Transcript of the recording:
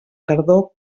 tardor